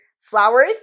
flowers